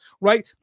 right